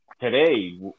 today